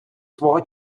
свого